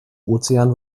ozean